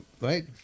right